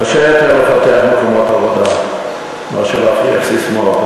קשה יותר לפתח מקומות עבודה מאשר להפריח ססמאות,